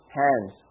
hands